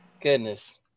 goodness